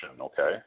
okay